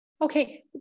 Okay